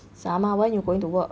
sama when you going to work